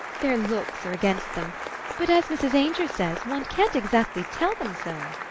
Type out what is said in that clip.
their looks are against them but, as mrs. ainger says, one can't exactly tell them so.